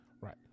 Right